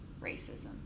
racism